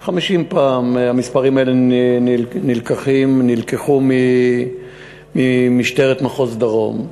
50 פעם, המספרים האלה נלקחו ממשטרת מחוז הדרום.